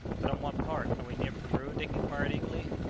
but on what part? are we near peru? dick inquired eagerly.